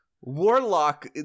warlock